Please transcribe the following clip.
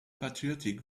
patriotic